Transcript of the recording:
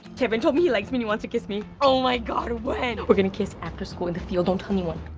kevin told me he likes me and he wants to kiss me. oh my god, when? we're gonna kiss after school in the field. don't tell anyone.